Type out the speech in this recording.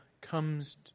comes